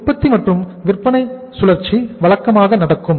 உற்பத்தி மற்றும் விற்பனை சுழற்சி வழக்கமாக நடக்கும்